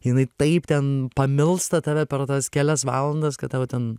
jinai taip ten pamilsta tave per tas kelias valandas kad tau ten